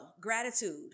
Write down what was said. gratitude